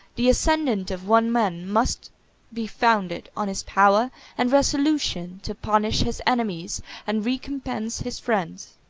the ascendant of one man must be founded on his power and resolution to punish his enemies and recompense his friends.